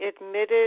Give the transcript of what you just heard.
admitted